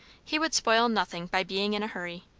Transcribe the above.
he would spoil nothing by being in a hurry.